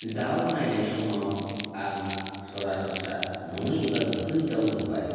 दाउ नायनाय समाव आं सरासनस्रा नङै एबा नुफेरै दाउ नुबाय